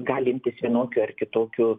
galintys vienokiu ar kitokiu